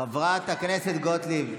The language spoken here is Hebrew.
חברת הכנסת גוטליב,